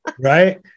right